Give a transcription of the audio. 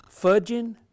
Fudging